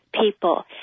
people